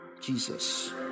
Jesus